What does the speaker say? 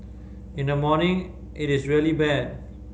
in the morning it is really bad